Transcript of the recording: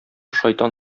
шайтан